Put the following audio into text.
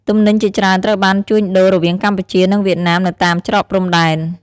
ទំនិញជាច្រើនត្រូវបានជួញដូររវាងកម្ពុជានិងវៀតណាមនៅតាមច្រកព្រំដែន។